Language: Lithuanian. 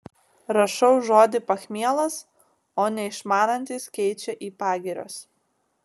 rašau žodį pachmielas o neišmanantys keičia į pagirios